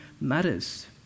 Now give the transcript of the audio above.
matters